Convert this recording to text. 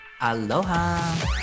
aloha